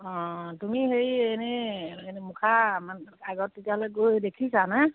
অঁ তুমি হেৰি এনেই মুখা আগত তেতিয়াহ'লে গৈ দেখিছ হয়নে